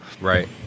right